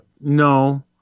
no